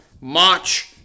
March